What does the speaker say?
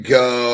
go